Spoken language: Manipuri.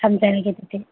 ꯊꯝꯖꯔꯒꯦ ꯑꯗꯨꯗꯤ